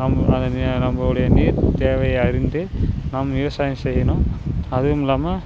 நாம் அதனை நம்பளுடைய நீர் தேவையை அறிந்து நாம் விவசாயம் செய்யணும் அதுவும் இல்லாமல்